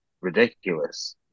ridiculous